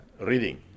reading